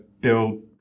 build